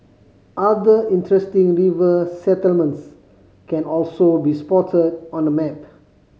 other interesting river settlements can also be spotted on the map